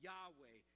Yahweh